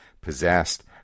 possessed